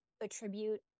attribute